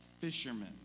fishermen